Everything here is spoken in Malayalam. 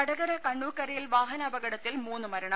വടകര കണ്ണുക്കരയിൽ വാഹനാപകടത്തിൽ മൂന്ന് മരണം